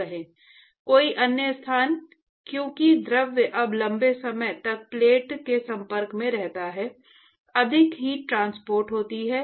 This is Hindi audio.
कोई अन्य स्थान क्योंकि द्रव अब लंबे समय तक प्लेट के संपर्क में रहता है अधिक हीट ट्रांसपोर्ट होती हैं